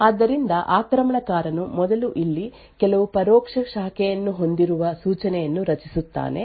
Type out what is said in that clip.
ಆದ್ದರಿಂದ ಆಕ್ರಮಣಕಾರನು ಮೊದಲು ಇಲ್ಲಿ ಕೆಲವು ಪರೋಕ್ಷ ಶಾಖೆಯನ್ನು ಹೊಂದಿರುವ ಸೂಚನೆಯನ್ನು ರಚಿಸುತ್ತಾನೆ